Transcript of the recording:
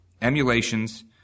emulations